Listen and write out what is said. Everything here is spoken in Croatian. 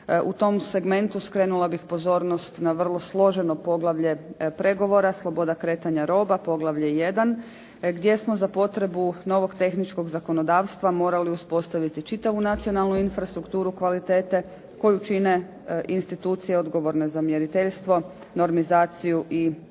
U tom segmentu skrenula bih pozornost na vrlo složeno poglavlje pregovora – Sloboda kretanja roba, poglavlje I. gdje smo za potrebu novog tehničkog zakonodavstva morali uspostaviti čitavu nacionalnu infrastrukturu kvalitete koju čine institucije odgovorne za mjeriteljstvo, normizaciju i akreditaciju.